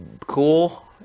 cool